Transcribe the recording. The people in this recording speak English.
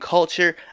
Culture